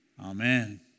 amen